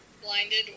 blinded